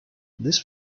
this